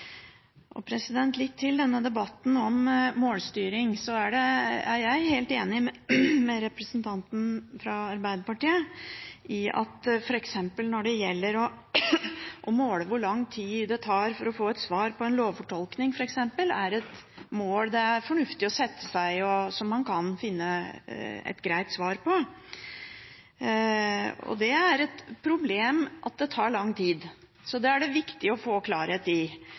Litt til debatten om målstyring: Jeg er helt enig med representanten fra Arbeiderpartiet i at det å måle hvor lang tid det tar for å få svar på en lovfortolkning, f.eks., er et mål det er fornuftig å sette seg, og som man kan finne et greit svar på. Det er et problem at det tar lang tid. Dette er det viktig å få klarhet i,